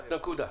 נקודה.